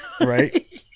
Right